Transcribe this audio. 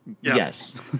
Yes